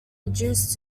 reduced